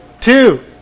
Two